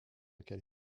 qu’elle